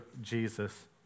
Jesus